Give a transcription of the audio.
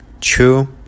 Two